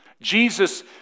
Jesus